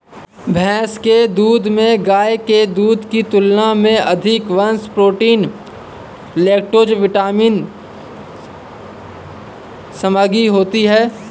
भैंस के दूध में गाय के दूध की तुलना में अधिक वसा, प्रोटीन, लैक्टोज विटामिन सामग्री होती है